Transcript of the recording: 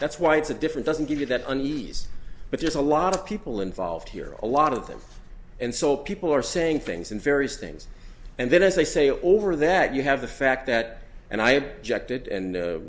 that's why it's a different doesn't give you that a nice but there's a lot of people involved here a lot of them and so people are saying things and various things and then as i say over that you have the fact that and i